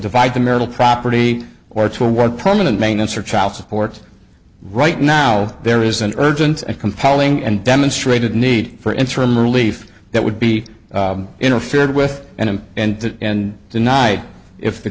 divide the marital property or to work permanent maintenance or child support right now there is an urgent and compelling and demonstrated need for interim relief that would be interfered with and and and and denied if the